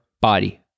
body